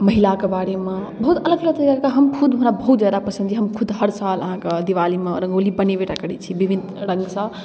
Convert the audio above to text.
महिलाके बारेमे बहुत अलग अलग तरहके हम खुद हमरा बहुत ज्यादा पसन्द अइ हम खुद हर साल अहाँके दिवालीमे रङ्गोली बनेबेटा करै छी विविध रङ्गसँ